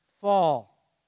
fall